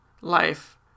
life